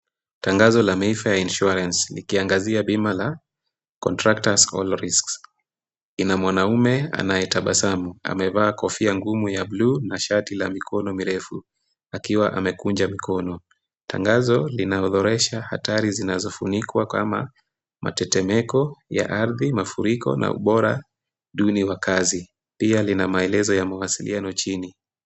Tangazo la Mayfair Insurance likiangazia bima la Contractors All Risks . Ina mwanaume anayetabasamu amevaa kofia ngumu ya bluu na shati la mikono mirefu. Akiwa amekunja mikono, tangazo linaorodhesha hatari zinazofunikwa kama matetemeko ya ardhi, mafuriko na ubora duni wa kazi. Pia lina maelezo ya mawasiliano chini.